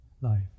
life